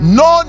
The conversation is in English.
no